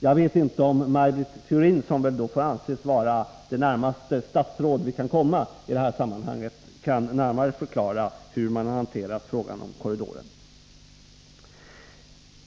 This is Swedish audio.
Jag vet inte om Maj Britt Theorin — som väl får anses vara det närmaste ett statsråd vi kan komma i det här sammanhanget — kan förklara närmare hur man har hanterat frågan om korridoren.